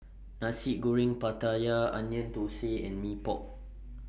Nasi Goreng Pattaya Onion Thosai and Mee Pok